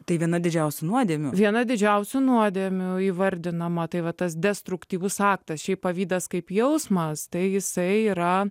tai viena didžiausių nuodėmių viena didžiausių nuodėmių įvardinama tai va tas destruktyvus aktas šiaip pavydas kaip jausmas tai jisai yra